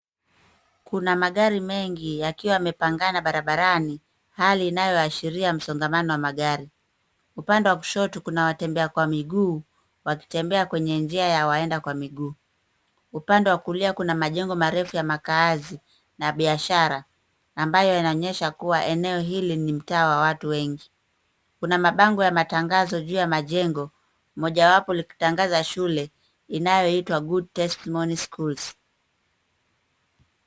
Kuna magari mengi yakiwa yamepangana barabarani, hali inayoashiria msongamano wa magari. Upande wa kushoto kuna watembea kwa miguu wakitembea kwenye njia ya waenda kwa miguu. Upande wa kulia kuna majengo marefu ya makaazi na biashara ambayo yanaonyesha kuwa eneo hili ni mtaa wa watu wengi. Kuna mabango ya matangazo juu ya majengo mojawapo likitangaza shule inayoitwa Good Testimony Schools.